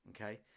Okay